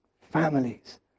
families